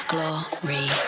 Glory